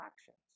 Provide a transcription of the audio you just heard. actions